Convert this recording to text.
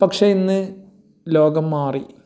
പക്ഷേ ഇന്ന് ലോകം മാറി